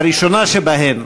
הראשונה שבהן,